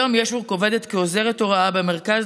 היום ישוורק עובדת כעוזרת הוראה במרכז